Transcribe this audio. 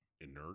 inert